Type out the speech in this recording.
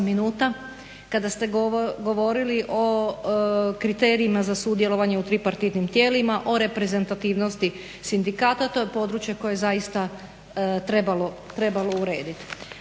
kada ste govorili o kriterijima za sudjelovanje u tripartitnim tijelima, o reprezentativnosti sindikata to je područje koje je zaista trebalo urediti.